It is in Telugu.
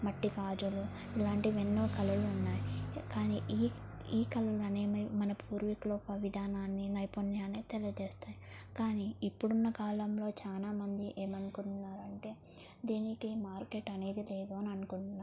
మట్టి గాజులు ఇలాంటివి ఎన్నో కళలు ఉన్నాయి కానీ ఈ ఈ కళలనేవి మన పూర్వీకుల ఒక విధానాన్ని నైపుణ్యాన్ని తెలియజేస్తాయి కానీ ఇప్పుడున్న కాలంలో చాలామంది ఏమనుకుంటున్నారంటే దీనికి మార్కెట్ అనేది లేదు అని అనుకుంటున్నారు